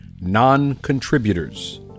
non-contributors